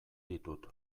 ditut